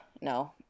no